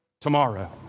Tomorrow